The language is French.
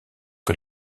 que